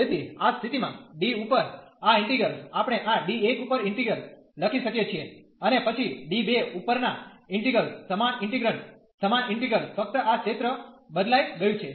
તેથી આ સ્થિતિમાં D ઉપર આ ઈન્ટિગ્રલ આપણે આ D1 ઉપર ઈન્ટિગ્રલ લખી શકીએ છીએ અને પછી D2 ઉપરના ઈન્ટિગ્રલ સમાન ઇન્ટિગ્રન્ટ સમાન ઇન્ટિગ્રલ ફક્ત આ ક્ષેત્ર બદલાઈ ગયું છે